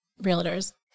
realtors